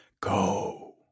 Go